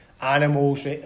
Animals